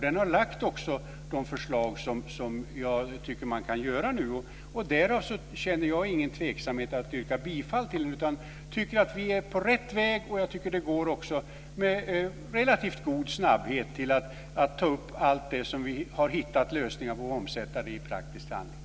Den innehåller också de förslag som jag tycker att man kan lägga fram nu. Därav känner jag ingen tveksamhet inför att yrka bifall till förslagen, utan tycker att vi är på rätt väg. Och jag tycker att det går med relativt god snabbhet att ta upp allt det vi har hittat en lösning på och omsätta det i praktisk handling.